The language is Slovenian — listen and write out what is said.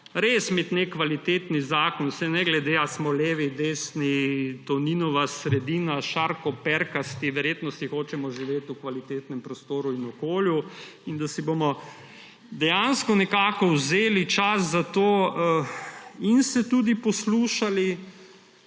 res imeti nek kvaliteten zakon – ne glede na to, ali smo levi, desni, Toninova sredina, šarkoperkasti, verjetno vsi hočemo živeti v kvalitetnem prostoru in okolju – si bomo dejansko nekako vzeli čas za to in se tudi poslušali.